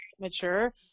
mature